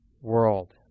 world